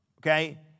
Okay